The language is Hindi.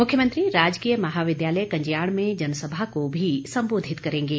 मुख्यमंत्री राजकीय महाविद्यालय कंजयाण में जनसभा को भी संबोधित करेंगे